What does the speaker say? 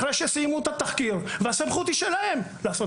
אחרי שסיימו את התחקיר והסמכות לעשות